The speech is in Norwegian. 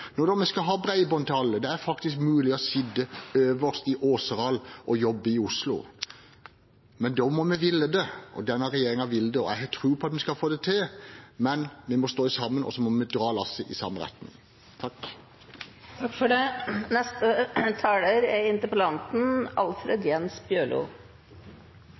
Når vi da skal ha bredbånd til alle, er det faktisk mulig å sitte øverst i Åseral og jobbe i Oslo. Men da må vi ville det. Denne regjeringen vil det, og jeg har tro på at vi skal få det til, men vi må stå sammen og dra lasset i samme retning. Takk for interessante innlegg og innspel i debatten, sjølv om eg merkar meg at representantane frå regjeringspartia er